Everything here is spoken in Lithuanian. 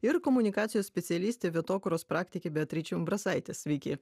ir komunikacijos specialistė vietokūros praktikė beatričė umbrasaitė sveiki